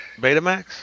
Betamax